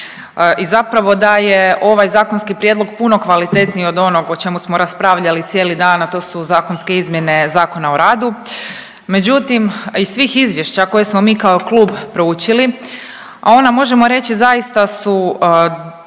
i zapravo da je ovaj zakonski prijedlog puno kvalitetniji od onog o čemu smo raspravljali cijeli dan, a to su zakonske izmjene Zakona o radu, međutim iz svih izvješća koje smo mi kao klub proučili, a ona možemo reći zaista su